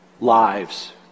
lives